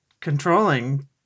controlling